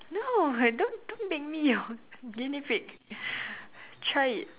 no don't don't make me your guinea pig try it